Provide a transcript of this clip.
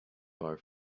bar